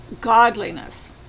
godliness